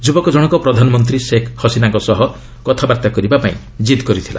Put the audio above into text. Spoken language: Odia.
ଯୁବକ ଜଣକ ପ୍ରଧାନମନ୍ତ୍ରୀ ସେକ୍ ହସିନାଙ୍କ ସହ କଥାବାର୍ତ୍ତା କରିବାପାଇଁ କିଦ୍ କରିଥିଲା